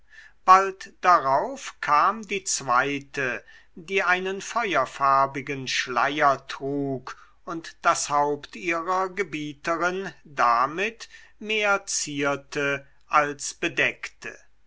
bald darauf kam die zweite die einen feuerfarbigen schleier trug und das haupt ihrer gebieterin damit mehr zierte als bedeckte